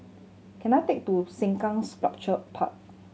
can I take to Sengkang Sculpture Park